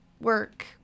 work